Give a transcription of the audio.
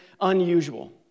unusual